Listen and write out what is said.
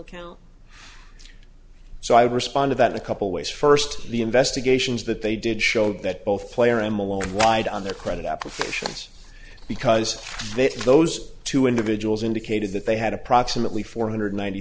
account so i responded that in a couple ways first the investigations that they did showed that both player and malone ride on their credit applications because those two individuals indicated that they had approximately four hundred ninety